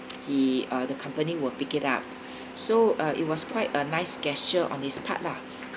he uh the company will pick it up so uh it was quite a nice gesture on his part lah